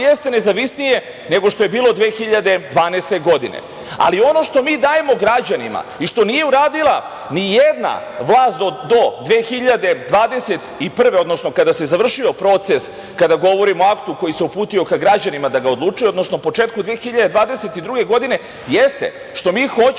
nezavisnije nego što je bilo 2012. godine, ali ono što mi dajemo građanima i što nije uradila nijedna vlast do 2021, odnosno kada se završio proces, kada govorimo o aktu koji se uputio ka građanima da ga odlučuje, odnosno početkom 2022. godine, jeste što mi hoćemo